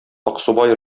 аксубай